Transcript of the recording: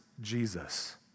Jesus